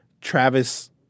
Travis